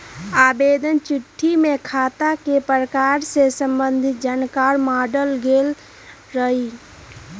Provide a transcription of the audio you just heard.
आवेदन चिट्ठी में खता के प्रकार से संबंधित जानकार माङल गेल रहइ